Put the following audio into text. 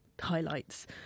highlights